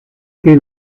que